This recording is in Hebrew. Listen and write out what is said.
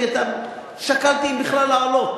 שקלתי אם בכלל לעלות.